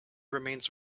remains